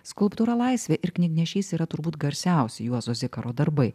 skulptūra laisvė ir knygnešys yra turbūt garsiausi juozo zikaro darbai